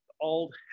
old